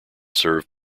served